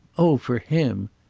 oh for him!